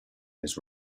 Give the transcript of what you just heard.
his